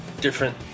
different